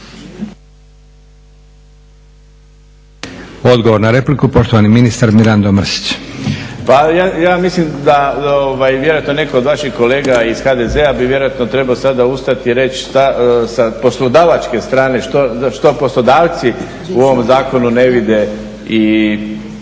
Odgovor na repliku poštovani ministar Mirando Mrsić. **Mrsić, Mirando (SDP)** Pa ja mislim da vjerojatno netko od vaših kolega iz HDZ-a bi vjerojatno trebao sada ustati reći sa poslodavačke strane što poslodavci u ovom zakonu ne vide i